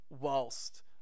whilst